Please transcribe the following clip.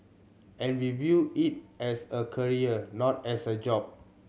and we view it as a career not as a job